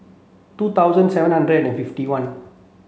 two thousand seven hundred and fifty one